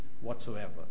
whatsoever